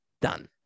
done